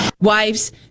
Wives